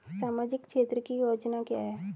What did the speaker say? सामाजिक क्षेत्र की योजना क्या है?